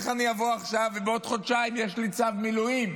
איך אני אבוא עכשיו ובעוד חודשיים יש לי צו מילואים?